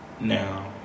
Now